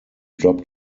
drop